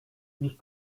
ich